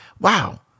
wow